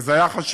וזה היה חשוב,